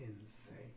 insane